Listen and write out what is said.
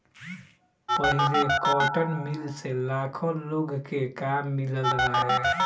पहिले cotton mill से लाखो लोग के काम मिलल रहे